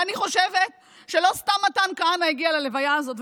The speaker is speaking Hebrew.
אני חושבת שלא סתם מתן כהנא הגיע ללוויה הזאת,